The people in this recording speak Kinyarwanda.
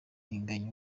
inganya